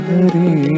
Hari